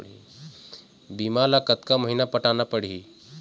बीमा ला कतका महीना पटाना पड़ही?